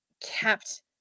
kept